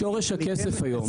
שורש הכסף היום,